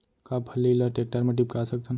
का फल्ली ल टेकटर म टिपका सकथन?